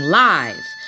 live